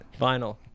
vinyl